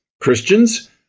Christians